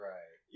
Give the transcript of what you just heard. Right